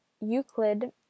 Euclid